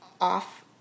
off